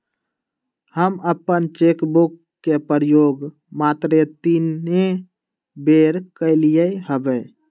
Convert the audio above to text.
हम अप्पन cheque book के प्रयोग मातरे तीने बेर कलियइ हबे